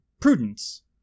prudence